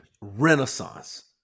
Renaissance